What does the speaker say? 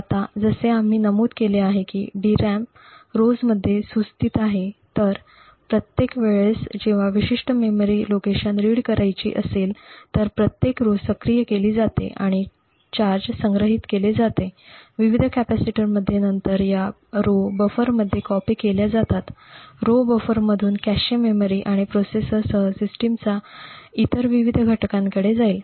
आता जसे आम्ही नमूद केले आहे की DRAM पंक्तीमध्ये सुस्थीत आहेत तर प्रत्येक वेळेस जेव्हा विशिष्ठ मेमरी लोकेशन रीड करायची असेल तर संपूर्ण पंक्ती सक्रिय केली जाते आणि चार्ज संग्रहित केले जाते विविध कॅपेसिटरमध्ये नंतर या पंक्ती बफरमध्ये कॉपी केल्या जातात पंक्ती बफरमधून कॅशे मेमरी आणि प्रोसेसर सह सिस्टमचा इतर विविध घटकांकडे जाईल